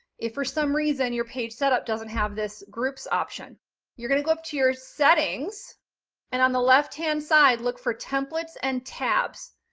if for some reason your page set-up doesn't have this group's option you're going to go up to your settings and on the left hand side look for templates and tabs,